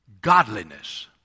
Godliness